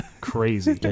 Crazy